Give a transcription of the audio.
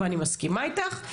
ואני מסכימה איתך,